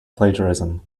plagiarism